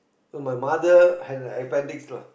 so my mother has an appendix you know